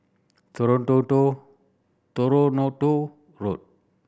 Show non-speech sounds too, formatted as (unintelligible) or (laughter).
(unintelligible) Toronto Road